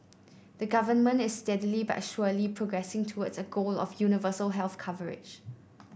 the government is steadily but surely progressing towards a goal of universal health coverage